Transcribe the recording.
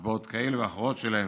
או על הצבעות כאלה ואחרות שלהם,